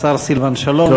השר סילבן שלום, בבקשה.